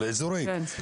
על אזורים.